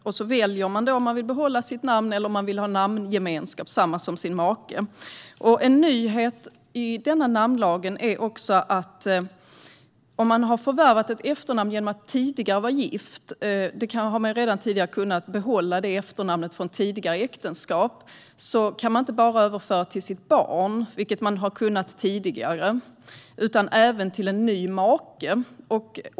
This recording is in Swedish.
Man väljer om man vill behålla sitt namn eller om man vill ha en namngemenskap och samma namn som sin make. Om man har förvärvat ett efternamn genom att ha varit gift har man redan tidigare kunnat behålla efternamnet från det tidigare äktenskapet. En nyhet är att man kan överföra detta namn inte bara till sitt barn, som man tidigare har kunnat, utan även till en ny make.